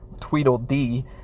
Tweedledee